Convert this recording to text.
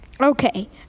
Okay